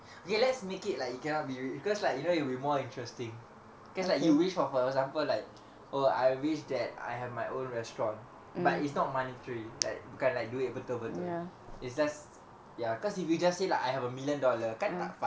okay let's make it like you cannot be because like you know it'll be more interesting because like you wish for for example like oh I wish that I have my own restaurant but it's not monetary like kan like duit apa tu apa tu it's just ya cause if you just say like I have a million dollar kan tak fun